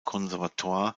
conservatoire